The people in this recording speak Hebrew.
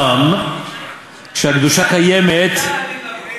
זה שעתיים דיון.